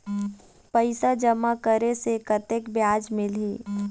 पैसा जमा करे से कतेक ब्याज मिलही?